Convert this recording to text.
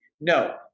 No